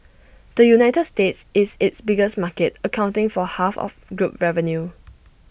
the united states is its biggest market accounting for half of group revenue